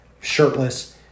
shirtless